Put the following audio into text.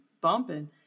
bumping